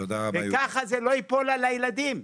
וככה זה לא ייפול על הילדים.